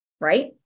right